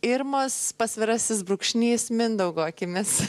irmos pasvirasis brūkšnys mindaugo akimis